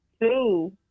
Two